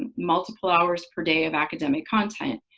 multiple hours per day of academic content.